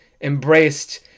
embraced